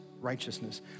righteousness